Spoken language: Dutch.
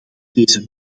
deze